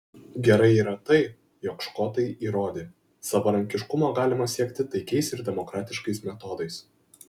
gerai yra tai jog škotai įrodė savarankiškumo galima siekti taikiais ir demokratiškais metodais